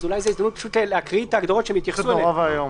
אולי זו הזדמנות להקריא את ההגדרות שהתייחסו אליהן.